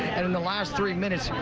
and in the last three minutes,